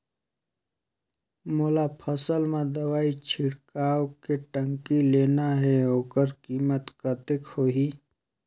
मोला फसल मां दवाई छिड़काव के टंकी लेना हे ओकर कीमत कतेक होही?